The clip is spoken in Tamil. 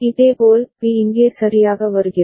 இதேபோல் பி இங்கே சரியாக வருகிறார்